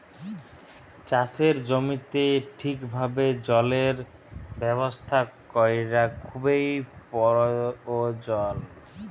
চাষের জমিতে ঠিকভাবে জলের ব্যবস্থা ক্যরা খুবই পরয়োজল